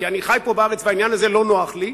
כי אני חי פה בארץ והעניין הזה לא נוח לי,